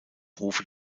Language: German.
hofe